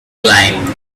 line